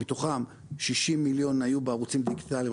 מתוכם 60 מיליון היו בערוצים דיגיטליים,